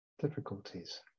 difficulties